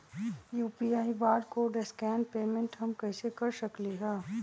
UPI barcode scan payment हम कईसे कर सकली ह?